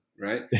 Right